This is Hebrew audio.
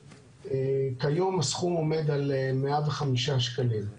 כיום הסכום עומד על 105 שקלים.